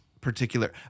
particular